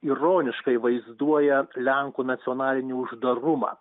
ironiškai vaizduoja lenkų nacionalinį uždarumą